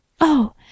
Oh